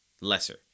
lesser